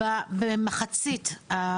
במחצית האולפן.